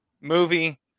movie